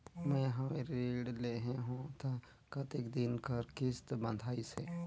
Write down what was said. मैं हवे ऋण लेहे हों त कतेक दिन कर किस्त बंधाइस हे?